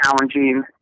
challenging